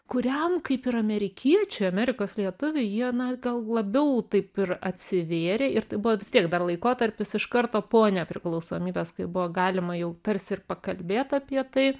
kuriam kaip ir amerikiečiui amerikos lietuviui jie na gal labiau taip ir atsivėrė ir tai buvo vis tiek dar laikotarpis iš karto po nepriklausomybės kai buvo galima jau tarsi ir pakalbėt apie tai